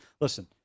Listen